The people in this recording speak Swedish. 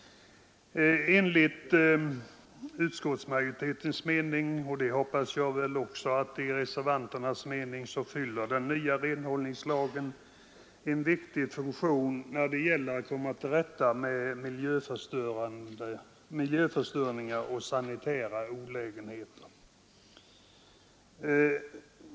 Enligt utskottsmajoritetens mening — och det hoppas jag också är reservanternas mening — fyller den nya renhållningslagen en viktig funktion när det gäller att komma till rätta med miljöförstöring och sanitära olägenheter.